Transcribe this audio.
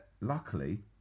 luckily